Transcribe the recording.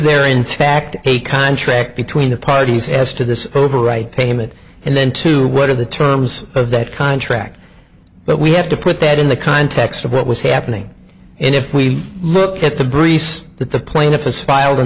are in fact a contract between the parties as to this overwrite payment and then to what are the terms of that contract but we have to put that in the context of what was happening and if we look at the briefs that the plaintiff has filed in